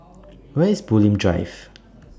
Where IS Bulim Drive